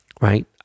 Right